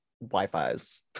Wi-Fi's